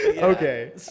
Okay